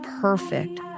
perfect